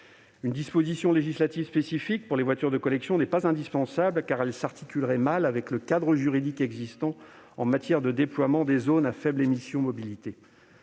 Une disposition législative spécifique pour les voitures de collection n'est pas indispensable, car elle s'articulerait mal avec le cadre juridique existant en matière de déploiement des zones à faibles émissions mobilité.